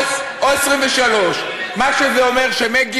או 23. או 23. מה שזה אומר,